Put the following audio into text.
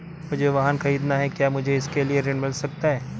मुझे वाहन ख़रीदना है क्या मुझे इसके लिए ऋण मिल सकता है?